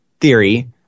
theory